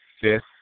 fifth